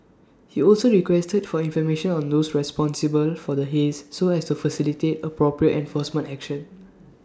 he also requested for information on those responsible for the haze so as to facilitate appropriate enforcement action